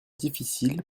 difficile